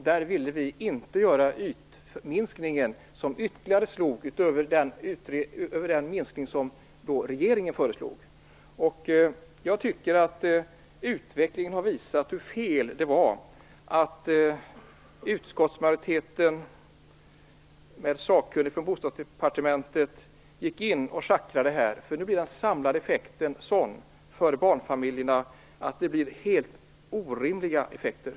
Vi ville inte göra ytminskningar utöver den minskning som regeringen föreslog. Jag tycker att utvecklingen har visat hur fel det var att utskottsmajoriteten med sakkunnig från Bostadsdepartementet gick in och började schackra. Sammantaget blev effekterna helt orimliga för barnfamiljerna.